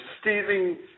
stealing